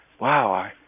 wow